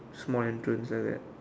small entrance at where